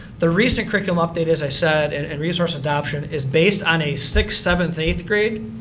the recent curriculum update, as i said, and and resource adoption is based on a sixth, seventh, eighth grade,